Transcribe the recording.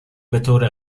بطور